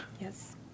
Yes